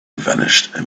vanished